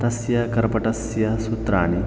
तस्य कर्पटस्य सूत्राणि